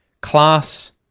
Class